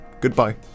Goodbye